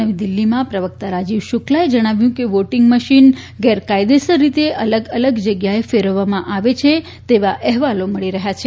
નવી દીલ્હીમાં પ્રવકતા રાજીવ શુકલે જણાવ્યું કે વોટીંગ મશીન ગેરકાયદેસર રીતે અલગ અલગ જગ્યાએ ફેરવવામાં આવે છે તેવા અહેવાલો મળી રહ્યા છે